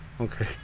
Okay